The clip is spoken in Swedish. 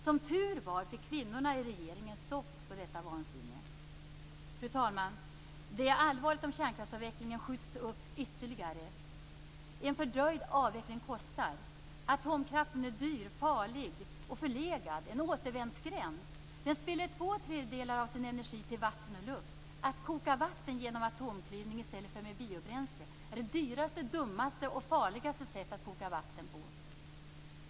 Som tur var fick kvinnorna i regeringen stopp på detta vansinne. Fru talman! Det är allvarligt om kärnkraftsavvecklingen skjuts upp ytterligare. En fördröjd avveckling kostar. Atomkraften är dyr, farlig och förlegad. Den är en återvändsgränd. Den spiller två tredjedelar av sin energi till vatten och luft. Att koka vatten genom atomklyvning i stället för med biobränsle är det dyraste, dummaste och farligaste sättet att koka vatten på.